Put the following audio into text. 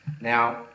Now